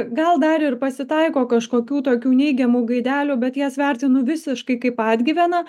gal dar ir pasitaiko kažkokių tokių neigiamų gaidelių bet jas vertinu visiškai kaip atgyveną